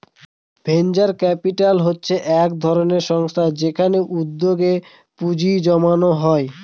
venture capital হচ্ছে এক ধরনের সংস্থা যেখানে উদ্যোগে পুঁজি জমানো হয়